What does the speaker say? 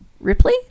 Ripley